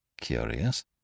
curious